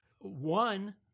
one